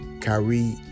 Kyrie